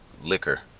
liquor